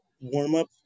warm-up